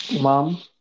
Mom